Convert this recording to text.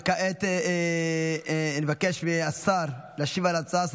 וכעת נבקש מהשר להשיב על ההצעה.